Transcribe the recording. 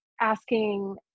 asking